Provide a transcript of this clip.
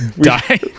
die